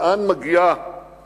לאן מגיעה